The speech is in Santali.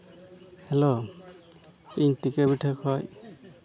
ᱦᱮᱞᱳ ᱤᱧ ᱴᱤᱠᱟᱹᱵᱷᱤᱴᱟᱹ ᱠᱷᱚᱡ